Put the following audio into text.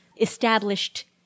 established